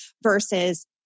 versus